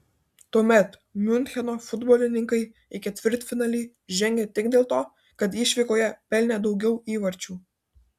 tuomet miuncheno futbolininkai į ketvirtfinalį žengė tik dėl to kad išvykoje pelnė daugiau įvarčių